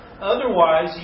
Otherwise